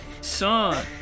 son